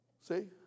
See